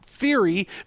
theory